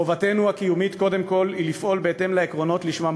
חובתנו הקיומית קודם כול היא לפעול בהתאם לעקרונות שלשמם